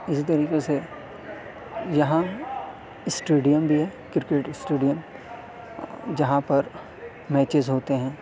اسی طریقے سے یہاں اسٹیڈیم بھی ہے کرکٹ اسٹیڈیم جہاں پر میچز ہوتے ہیں